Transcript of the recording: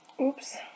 Oops